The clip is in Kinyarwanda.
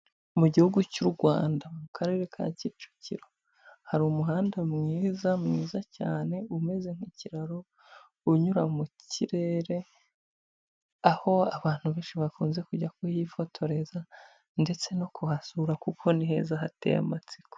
Mu gihugu cy'u Rwanda mu Karere ka Kicukiro. Hari umuhanda mwiza, mwiza cyane, umeze nk'ikiraro, unyura mu kirere, aho abantu benshi bakunze kujya kuhifotoreza, ndetse no kuhasura kuko ni heza hateye amatsiko.